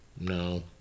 No